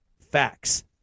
Facts